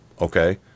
Okay